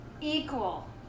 Equal